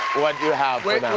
what you have